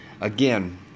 Again